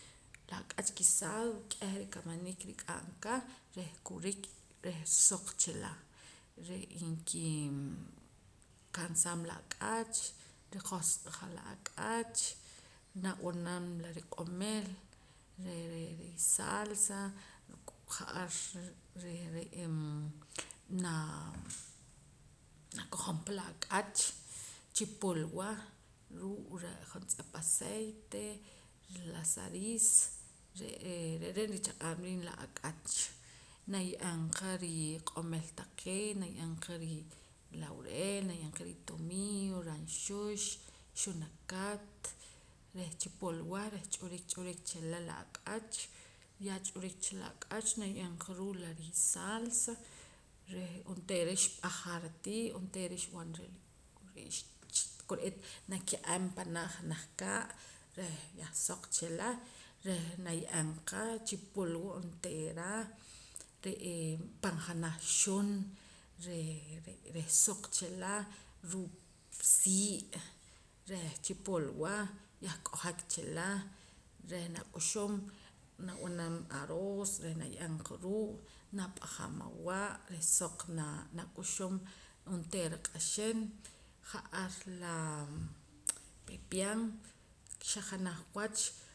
La ak'ach guisado k'eh rikamaniik rik'am ka reh kurik reh soq chila re'ee nkii kamsaam la ak'ach rijosq'aja la ak'ach nab'anam la riq'omil reh risalsa ja'ar reh re'ee naa kojompa la ak'ach chilpwa ruu' re' jontz'ep aceite la sa riis re'ee re' richaq'aam riib' la ak'ach naye'qa riq'omil taqee' naye'em qa rilaurel naye'em qa ritomillo ranxux xunakat reh chipulwa reh ch'urik ch'urik chila la ak'ach ya ch'urik cha la ak'ach naye'em qa ruu' la risalsa reh onteera xp'ajara tii onteera xb'anara kore'eet nake'am panaa janaj kaa' reh yah soq chila reh naye'em qa chipulwa onteera re'ee pan janaj xun reh re' suq chila ruu' sii' reh chipulwa yah k'ojak chila reh nak'uxum nab'anam aroos reh naye'em qa ruu' nap'ajam awa' reh soq na nak'uxum onteera q'axin ja'ar laa pepian xa janaj wach